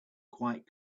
quite